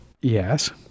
Yes